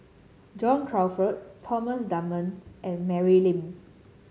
John Crawfurd Thomas Dunman and Mary Lim